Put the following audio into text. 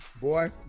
Boy